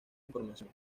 información